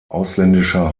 ausländischer